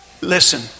Listen